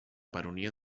baronia